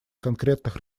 конкретных